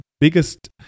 biggest